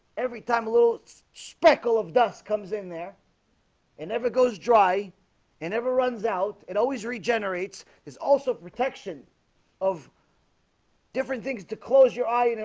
every time a little speckle of dust comes in there and never goes dry and ever runs out it always regenerates is also protection of different things to close your eye, you know